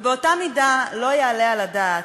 ובאותה מידה לא יעלה על הדעת,